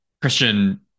Christian